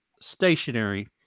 stationary